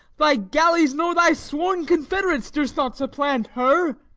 thy galleys, nor thy sworn confederates, durst not supplant her.